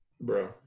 Bro